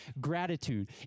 gratitude